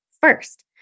First